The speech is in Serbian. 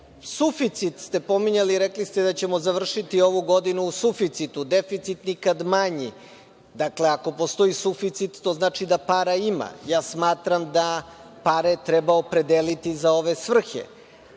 ste pominjali i rekli ste da ćemo završiti ovu godinu u suficitu, deficit nikad manji. Dakle, ako postoji suficit to znači da para ima. Smatram da pare treba opredeliti za ove svrhe.